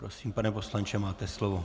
Prosím, pane poslanče, máte slovo.